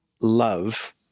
love